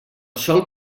sol